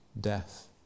death